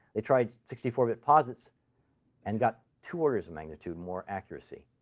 they tried sixty four bit posits and got two orders of magnitude more accuracy.